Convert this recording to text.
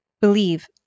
believe